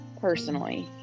personally